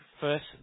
first